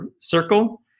circle